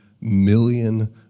million